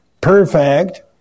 perfect